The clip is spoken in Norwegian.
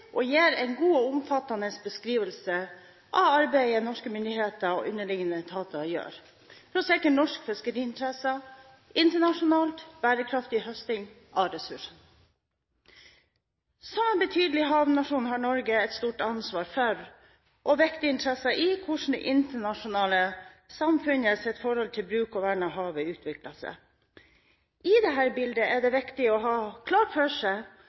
og gir en god og omfattende beskrivelse av arbeidet norske myndigheter og underliggende etater gjør for å sikre norske fiskeriinteresser internasjonalt og en bærekraftig høsting av ressursene. Som en betydelig havnasjon har Norge et stort ansvar for og viktige interesser i hvordan det internasjonale samfunnets forhold til bruk og vern av havet utvikler seg. I dette bildet er det viktig å ha klart for seg